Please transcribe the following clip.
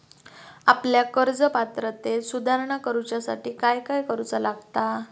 आपल्या कर्ज पात्रतेत सुधारणा करुच्यासाठी काय काय करूचा लागता?